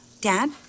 Dad